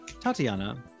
Tatiana